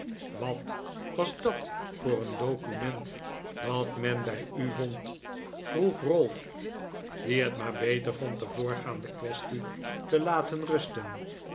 wat was dat voor een document dat men bij u vond vroeg ralph die het maar overal teleurstellingen beter vond de voorgaande quaestie te laten rusten